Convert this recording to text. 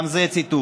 גם זה ציטוט: